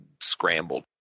scrambled